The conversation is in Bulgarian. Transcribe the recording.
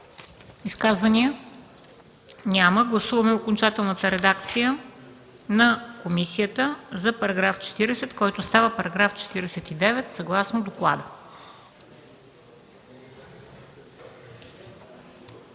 Изказвания? Няма. Гласуваме окончателната редакция на комисията за § 40, който става § 49, съгласно доклада.